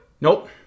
Nope